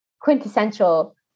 quintessential